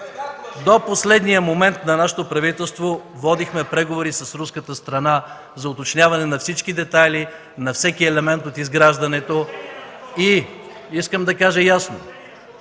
До последния момент на нашето правителство водихме преговори с руската страна за уточняване на всички детайли, на всеки елемент от изграждането и искам да кажа ясно